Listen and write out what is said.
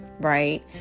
Right